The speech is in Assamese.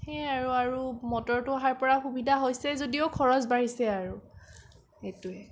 সেয়ে আৰু আৰু মটৰটো অহাৰ পৰা সুবিধা হৈছে যদিও খৰচ বাঢ়িছে আৰু সেইটোৱে